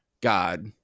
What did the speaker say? God